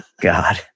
God